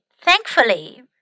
thankfully